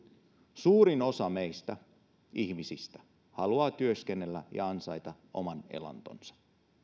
suurin osa meistä ihmisistä haluaa työskennellä ja ansaita oman elantonsa